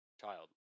child